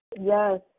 Yes